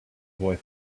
boy